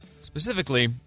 Specifically